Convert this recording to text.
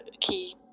key